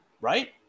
Right